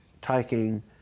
taking